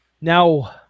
now